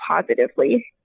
positively